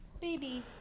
Baby